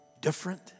different